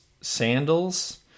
sandals